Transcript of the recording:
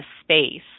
space